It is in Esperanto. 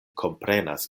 komprenas